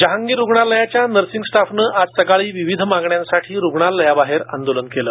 जहांगीर रुग्णालयाच्या नर्सिंग स्टाफने आज सकाळी विविध मागण्यांसाठी रुग्णालयाबाहेर आंदोलन केले